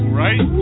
right